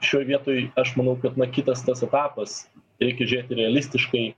šioj vietoj aš manau kad na kitas tas etapas reikia žiūrėti realistiškai